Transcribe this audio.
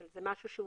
זה משהו שהוא